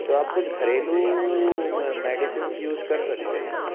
तो आप कुछ घरेलू मेडिसिन्स यूज कर सकते हैं